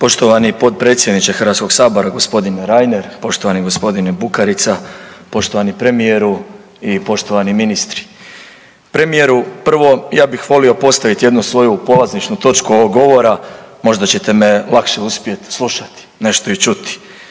Poštovani potpredsjedniče HS-a, g. Reiner, poštovani g. Bukarica, poštovani premijeru i poštovani ministri. Premijeru, prvo, ja bih volio postaviti jednu svoju polazišnu točku ovog govora, možda ćete me lakše uspjeti slušati, nešto i čuti.